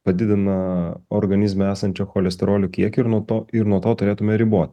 padidina organizme esančio cholesterolio kiekį ir nuo to ir nuo to turėtume ribot